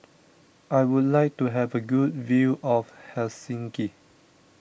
I would like to have a good view of Helsinki